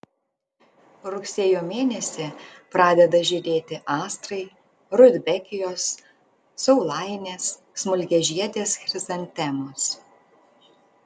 rugsėjo mėnesį pradeda žydėti astrai rudbekijos saulainės smulkiažiedės chrizantemos